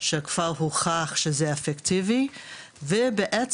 שכבר הוכח שזה אפקטיבי ובעצם,